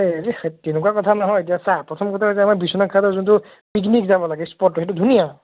এই তেনেকুৱা কথা নহয় এতিয়া চা প্ৰথম কথা হৈছে আমাৰ বিশ্বনাথ ঘাটৰ যোনটো পিকনিক যাব লাগে স্পটটো সেইটো ধুনীয়া